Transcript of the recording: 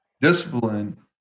Discipline